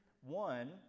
One